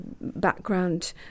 background